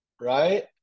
right